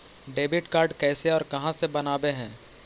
Debit card कैसे और कहां से बनाबे है?